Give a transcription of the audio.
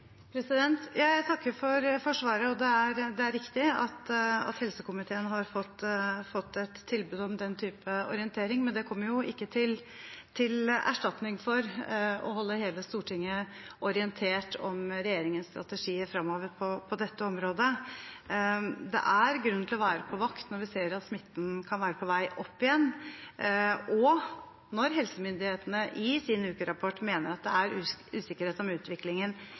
Jeg takker for svaret. Det er riktig at helsekomiteen har fått et tilbud om den type orientering, men det kommer jo ikke til erstatning for å holde hele Stortinget orientert om regjeringens strategi fremover på dette området. Det er grunn til å være på vakt når vi ser at smitten kan være på vei opp igjen, og når helsemyndighetene i sin ukerapport mener at det er usikkerhet om utviklingen